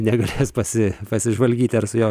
negalės pasi pasižvalgyti ar su juo